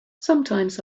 sometimes